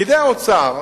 פקידי האוצר